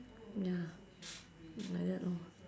ya like that lor